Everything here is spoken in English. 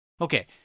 Okay